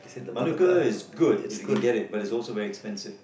Manuka is good if you can get it but it's also very expensive